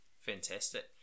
Fantastic